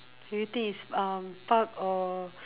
do you think it's um park or